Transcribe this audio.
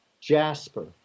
Jasper